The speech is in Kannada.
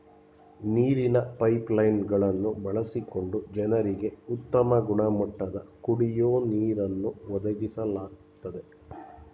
ನೀರಿನ ಪೈಪ್ ಲೈನ್ ಗಳನ್ನು ಬಳಸಿಕೊಂಡು ಜನರಿಗೆ ಉತ್ತಮ ಗುಣಮಟ್ಟದ ಕುಡಿಯೋ ನೀರನ್ನು ಒದಗಿಸ್ಲಾಗ್ತದೆ